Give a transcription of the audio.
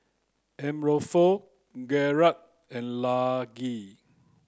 Arnulfo Garret and Laci